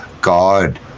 God